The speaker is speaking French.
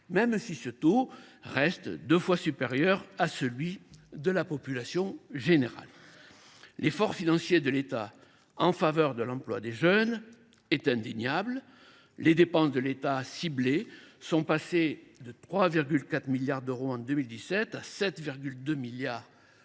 même si ce taux reste deux fois supérieur à celui de la population générale. L’effort financier de l’État en faveur de l’emploi des jeunes est indéniable : les dépenses publiques ciblées sont passées de 3,4 milliards d’euros en 2017 à 7,2 milliards d’euros